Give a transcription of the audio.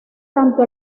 tanto